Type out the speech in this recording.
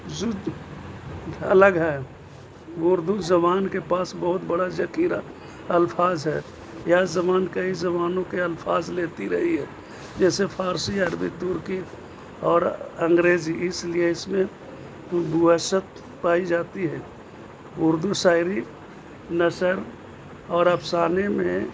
جدا الگ ہے اردو زبان کے پاس بہت بڑا ذخیرہ الفاظ ہے یہ زبان کئی زبانوں کے الفاظ لیتی رہی ہے جیسے فارسی عربی ترکی اور انگریزی اس لیے اس میں پائی جاتی ہے اردو شاعری نثر اور افسانے میں